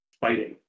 fighting